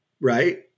Right